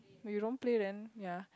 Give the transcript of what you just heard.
when you don't play then ya